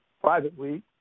privately